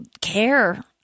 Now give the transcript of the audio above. care